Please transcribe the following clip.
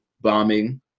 bombing